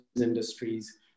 industries